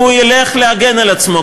והוא ילך להגן על עצמו.